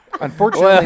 Unfortunately